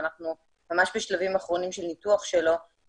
ואנחנו ממש בשלבים אחרונים של ניתוח שלו,